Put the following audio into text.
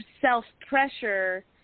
self-pressure